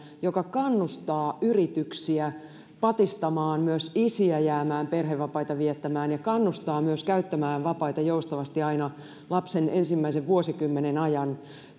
joka kannustaa yrityksiä patistamaan myös isiä jäämään perhevapaita viettämään ja kannustaa myös käyttämään vapaita joustavasti aina lapsen ensimmäisen vuosikymmenen ajan